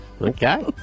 Okay